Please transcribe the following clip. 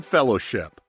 Fellowship